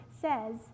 says